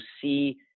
see